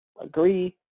Agree